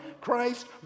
Christ